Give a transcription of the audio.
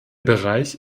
bereich